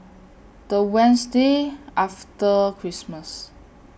The Wednesday after Christmas